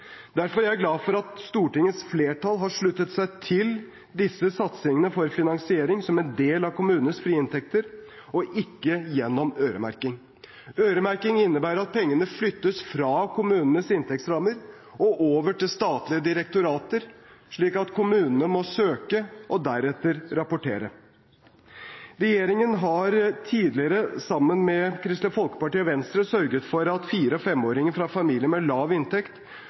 Derfor er jeg glad for at Stortingets flertall har sluttet seg til at disse satsingene skal finansieres som en del av kommunenes frie inntekter, og ikke gjennom øremerking. Øremerking innebærer at pengene flyttes fra kommunenes inntektsrammer og over til statlige direktorater, slik at kommunene må søke og deretter rapportere. Regjeringen har tidligere sammen med Kristelig Folkeparti og Venstre sørget for at fire- og femåringer fra familier med lav inntekt